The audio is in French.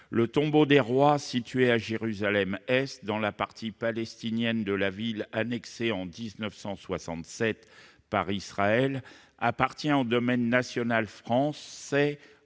Le Tombeau des rois, situé à Jérusalem-Est dans la partie palestinienne de la ville annexée en 1967 par Israël, appartient au domaine national français